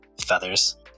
feathers